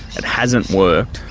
it hasn't worked,